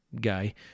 guy